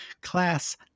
class